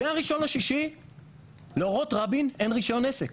מה-1 ביוני לאורות רבין לא היה רישיון עסק